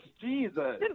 Jesus